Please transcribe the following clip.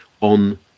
on